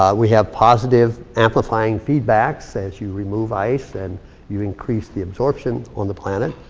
ah we have positive amplifying feedback says you remove ice and you increase the absorption on the planet.